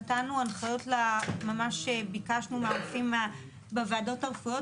נתנו הנחיות לרופאים בוועדות הרפואיות